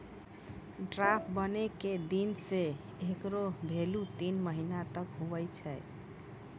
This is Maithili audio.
ड्राफ्ट बनै के दिन से हेकरो भेल्यू तीन महीना तक हुवै छै